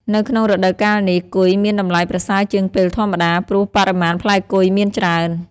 នៅក្នុងរដូវកាលនេះ គុយមានតម្លៃប្រសើរជាងពេលធម្មតា ព្រោះបរិមាណផ្លែគុយ មានច្រើន ។